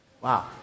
wow